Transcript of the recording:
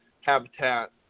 habitat